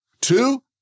two